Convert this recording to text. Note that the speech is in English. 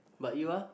but you are